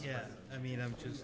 yeah i mean i'm just